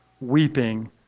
weeping